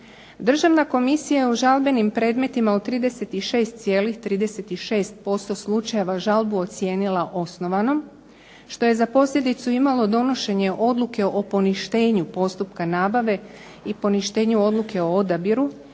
Državna komisija je žalbenim predmetima od 36,36% slučajeva žalbu ocijenila osnovanom što je za posljedicu imalo donošenje odluke o poništenju postupka nabave i poništenju odluke o odabiru